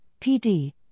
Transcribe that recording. PD